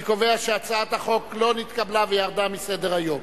אני קובע שהצעת החוק לא נתקבלה וירדה מסדר-היום.